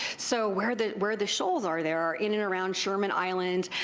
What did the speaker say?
so where the where the shoals are there are in and around sherman island,